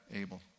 Abel